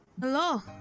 Hello